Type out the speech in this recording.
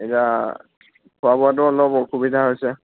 এতিয়া খোৱা বোৱাতো অলপ অসুবিধা হৈছে